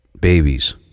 Babies